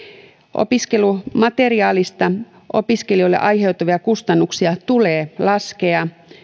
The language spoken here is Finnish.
opiskelumateriaalista opiskelijoille aiheutuvia kustannuksia tulee laskea